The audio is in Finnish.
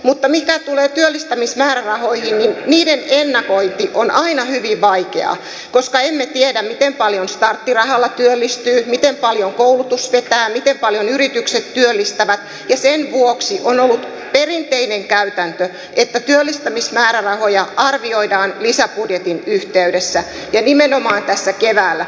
mutta mitä tulee työllistämismäärärahoihin niiden ennakointi on aina hyvin vaikeaa koska emme tiedä miten paljon starttirahalla työllistyy miten paljon koulutus vetää miten paljon yritykset työllistävät ja sen vuoksi on ollut perinteinen käytäntö että työllistämismäärärahoja arvioidaan lisäbudjetin yhteydessä ja nimenomaan tässä keväällä